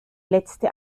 letzte